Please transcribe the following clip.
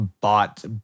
bought